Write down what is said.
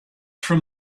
from